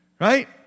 right